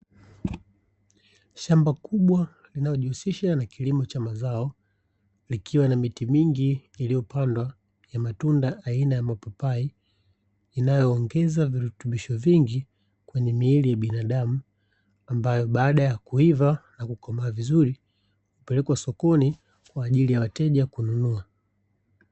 Shamba kubwa linalojihusisha na kilimo cha mazao, likiwa na miti mingi iliyopandwa ya matunda aina ya mapapai, inayoongeza virutubisho vingi kwenye miili ya binadamu; ambayo baada ya kuiva na kukomaa vizuri, kupelekwa sokoni kwa ajili ya wateja kununua.